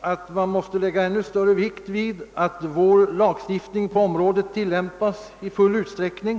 att man måste lägga ännu större vikt vid att vår lagstiftning på området tillämpas i full utsträckning.